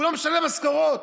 הוא לא משלם משכורות,